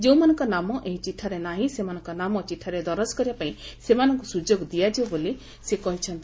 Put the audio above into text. ଯେଉଁମାନଙ୍କ ନାମ ଏହି ଚିଠାରେ ନାହିଁ ସେମାନଙ୍କ ନାମ ଚିଠାରେ ଦରଜ କରିବା ପାଇଁ ସେମାନଙ୍କୁ ସୁଯୋଗ ଦିଆଯିବ ବୋଲି କୁହାଯାଇଛି